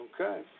Okay